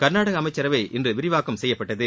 கர்நாடகா அமைச்சரவை இன்று விரிவாக்கம் செய்யப்பட்டது